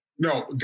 No